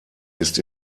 ist